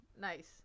Nice